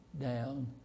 down